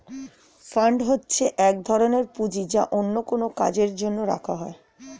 fund হচ্ছে এক ধরনের পুঁজি যা কোনো কাজের জন্য রাখা হয়